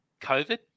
COVID